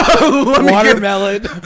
Watermelon